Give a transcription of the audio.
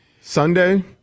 Sunday